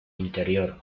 interior